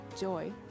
joy